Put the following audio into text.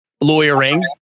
lawyering